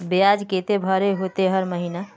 बियाज केते भरे होते हर महीना?